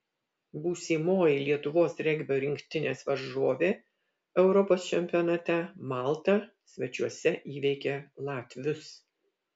būsimoji lietuvos regbio rinktinės varžovė europos čempionate malta svečiuose įveikė latvius